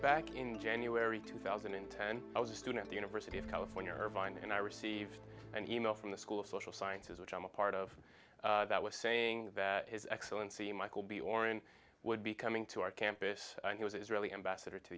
back in january two thousand and ten i was a student at the university of california irvine and i received an e mail from the school of social sciences which i'm a part of that was saying that his excellent c michael b oren would be coming to our campus he was israeli ambassador